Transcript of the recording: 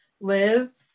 Liz